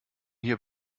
hier